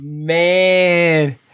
Man